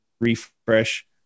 refresh